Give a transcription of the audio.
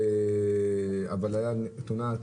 אבל הייתה תאונה עצמית.